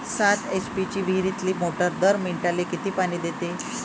सात एच.पी ची विहिरीतली मोटार दर मिनटाले किती पानी देते?